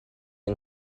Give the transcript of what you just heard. yng